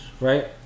right